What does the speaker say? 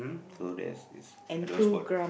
so there's is I don't spot